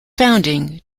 founding